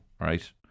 right